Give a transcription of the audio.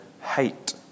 hate